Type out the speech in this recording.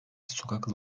sokak